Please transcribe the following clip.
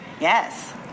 Yes